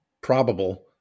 probable